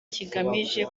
kigamije